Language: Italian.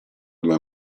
due